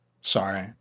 sorry